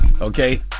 Okay